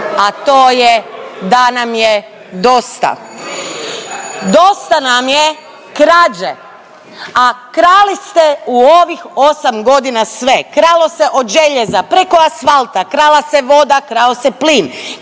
a to je da nam je dosta. Dosta nam je krađe, a krali ste u ovih 8 godina sve. Kralo se od željeza preko asfalta, krala se voda, krao se plin,